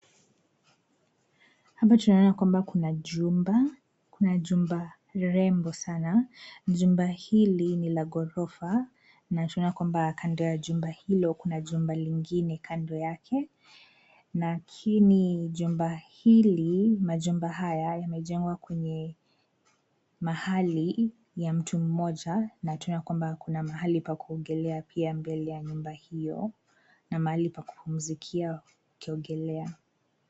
Hapa tunaona kwa kuna jumba na jumba rembo sana. Jumba hili ni la ghorofa na tunaona kwamba kando ya jumba hilo kuna jumba lingine kando yake na majumba haya yamejengwa kwenye mahali ya mtu mmoja na tunaona kwamba kuna mahali pa kuogolea pia mbele ya nyumba hiyo na mahali pa kupumzikia wakiogolea.